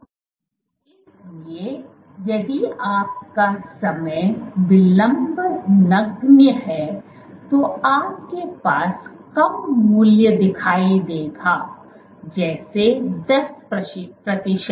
इसलिए यदि आपका समय विलंब नगण्य है तो आपको कम मूल्य दिखाई देगा जैसे 10 प्रतिशत